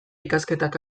ikasketak